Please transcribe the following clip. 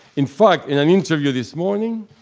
in fact, in an interview this morning,